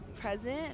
present